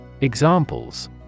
Examples